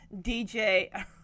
DJ